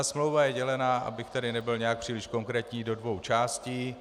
Smlouva je dělena, abych tady nebyl nějak příliš konkrétní, do dvou částí.